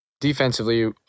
Defensively